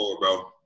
bro